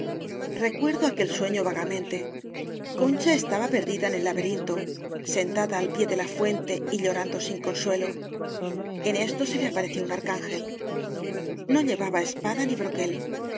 palacio recuerdo aquel sueño vagamente concha estaba perdida en el la berinto sentada al pie de la fuente y lloran do sin consuelo en esto se le apareció un arcángel no llevaba espada ni broquel era